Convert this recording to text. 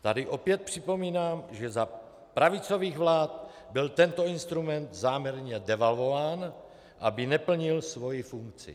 Tady opět připomínám, že za pravicových vlád byl tento instrument záměrně devalvován, aby neplnil svoji funkci.